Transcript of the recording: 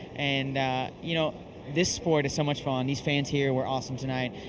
and you know this sport is so much fun. these fans here were awesome tonight.